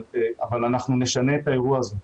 אבל נשנה את האירוע הזה.